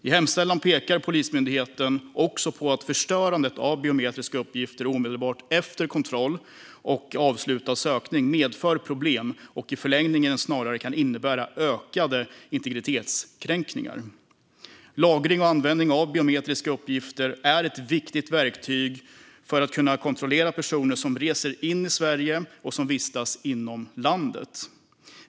I hemställan pekar Polismyndigheten också på att förstörandet av biometriska uppgifter omedelbart efter kontroll och avslutad sökning medför problem och i förlängningen snarare kan innebära ökade integritetskränkningar. Lagring och användning av biometriska uppgifter är ett viktigt verktyg för att kunna kontrollera personer som reser in i Sverige och vistas inom landet.